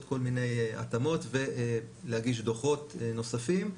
כל מיני התאמות ולהגיש דוחות נוספים.